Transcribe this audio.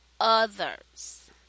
others